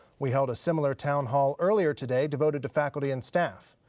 we held a similar town hall earlier today devoted to faculty and staff.